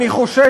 אני חושש,